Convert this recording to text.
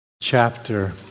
chapter